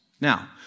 Now